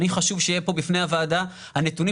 לי חשוב שיהיה פה בפני הוועדה הנתונים